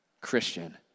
Christian